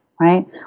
right